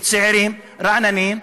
צעירים ורעננים,